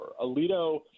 Alito